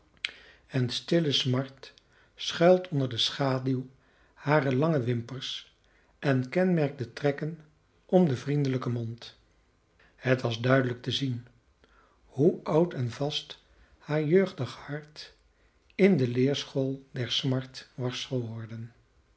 en stille smart schuilt onder de schaduw harer lange wimpers en kenmerkt de trekken om den vriendelijken mond het was duidelijk te zien hoe oud en vast haar jeugdig hart in de leerschool der smart was geworden